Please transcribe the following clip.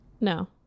No